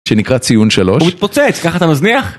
שנקרא ציון שלוש. הוא מתפוצץ, ככה אתה מזניח?